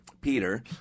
Peter